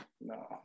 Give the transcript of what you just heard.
No